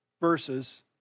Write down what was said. verses